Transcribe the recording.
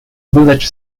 village